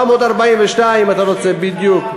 742, אם אתה רוצה בדיוק.